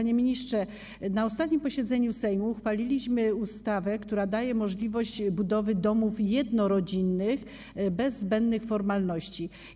Na ostatnim posiedzeniu Sejmu uchwaliliśmy ustawę, która daje możliwość budowy domów jednorodzinnych bez zbędnych formalności.